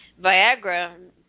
Viagra